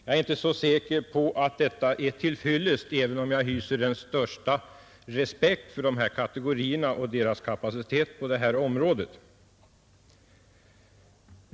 Jag är inte så säker på att detta är till fyllest, även om jag hyser den största respekt för dessa kategorier och deras kapacitet på detta område.